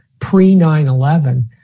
pre-9-11